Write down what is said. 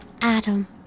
Adam